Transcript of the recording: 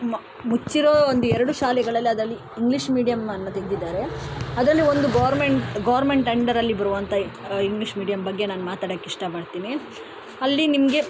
ಮ ಮುಚ್ಚಿರೋ ಒಂದು ಎರಡು ಶಾಲೆಗಳಲ್ಲಿ ಅದರಲ್ಲಿ ಇಂಗ್ಲೀಷ್ ಮೀಡಿಯಂ ಅನ್ನು ತೆಗೆದಿದ್ದಾರೆ ಅದರಲ್ಲಿ ಒಂದು ಗೋರ್ಮೆಂಟ್ ಗೋರ್ಮೆಂಟ್ ಅಂಡರ್ ಅಲ್ಲಿ ಬರುವಂಥ ಇಂಗ್ಲೀಷ್ ಮೀಡಿಯಂ ಬಗ್ಗೆ ನಾನು ಮಾತಾಡೋಕೆ ಇಷ್ಟಪಡ್ತೀನಿ ಅಲ್ಲಿ ನಿಮಗೆ